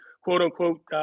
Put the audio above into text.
quote-unquote